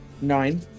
Nine